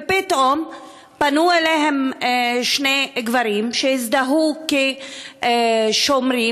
ופתאום פנו אליהם שני גברים שהזדהו כשומרים,